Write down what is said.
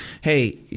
Hey